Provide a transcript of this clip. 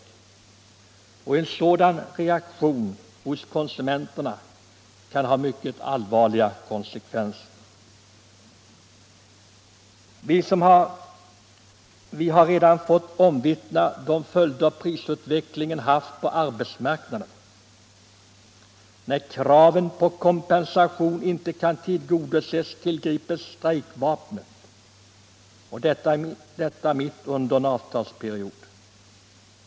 En sådan reaktion hos konsumenterna kan ha mycket allvarliga konsekvenser. Vi har redan fått bevittna de följder prisutvecklingen haft på arbetsmarknaden. När kraven på kompensation inte kan tillgodoses tillgrips strejkvapnet och detta mitt under en avtalsperiod.